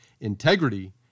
integrity